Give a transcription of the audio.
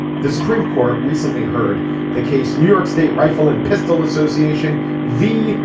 the supreme court recently heard the case. new york state rifle and pistol association v.